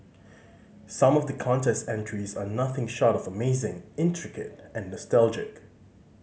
some of the contest entries are nothing short of amazing intricate and nostalgic